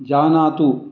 जानातु